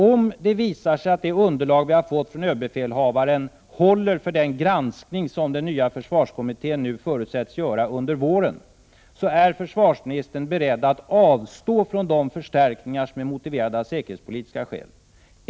Om det visar sig att det underlag vi har fått från överbefälhavaren håller för den granskning som den nya försvarskommittén nu förutsätts göra under våren, är försvarsministern då beredd att avstå från de förstärkningar som är motiverade av säkerhetspolitiska skäl?